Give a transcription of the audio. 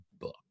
book